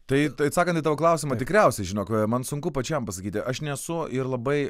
tai tai atsakant į tavo klausimą tikriausiai žinok man sunku pačiam pasakyti aš nesu ir labai